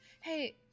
Hey